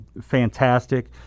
fantastic